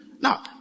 Now